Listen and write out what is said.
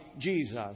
Jesus